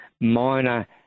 minor